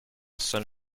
son